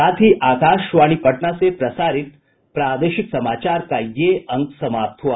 इसके साथ ही आकाशवाणी पटना से प्रसारित प्रादेशिक समाचार का ये अंक समाप्त हुआ